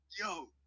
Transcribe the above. yo